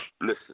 Listen